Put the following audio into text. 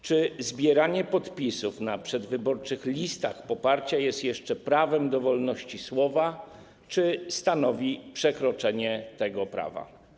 Czy zbieranie podpisów na przedwyborczych listach poparcia jest jeszcze prawem do wolności słowa, czy stanowi przekroczenie tego prawa?